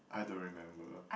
I don't remember